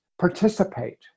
participate